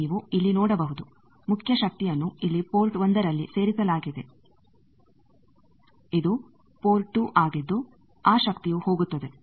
ಈಗ ನೀವು ಇಲ್ಲಿ ನೋಡಬಹುದು ಮುಖ್ಯ ಶಕ್ತಿಯನ್ನು ಇಲ್ಲಿ ಪೋರ್ಟ್ 1ರಲ್ಲಿ ಸೇರಿಸಲಾಗಿದೆ ಇದು ಪೋರ್ಟ್ 2 ಆಗಿದ್ದು ಆ ಶಕ್ತಿಯು ಹೋಗುತ್ತದೆ